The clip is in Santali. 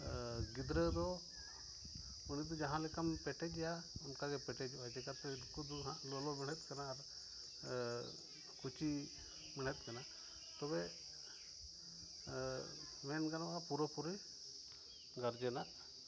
ᱜᱤᱫᱨᱟᱹ ᱫᱚ ᱩᱱᱤᱫᱚ ᱡᱟᱦᱟᱸ ᱞᱮᱠᱟᱢ ᱯᱮᱴᱮᱡᱮᱭᱟ ᱚᱱᱠᱟᱜᱮᱭ ᱯᱮᱴᱮᱡᱚᱜᱼᱟ ᱪᱮᱠᱟᱛᱮ ᱩᱱᱠᱚ ᱦᱟᱜ ᱞᱚᱞᱚ ᱢᱮᱬᱦᱮᱫ ᱠᱟᱱᱟ ᱟᱨ ᱠᱚᱪᱤ ᱢᱮᱬᱦᱮᱫ ᱠᱟᱱᱟ ᱛᱚᱵᱮ ᱢᱮᱱ ᱜᱟᱱᱚᱜᱼᱟ ᱯᱩᱨᱟᱹᱯᱩᱨᱤ ᱜᱟᱨᱡᱮᱱᱟᱜ